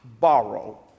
borrow